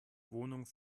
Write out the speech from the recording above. wohnung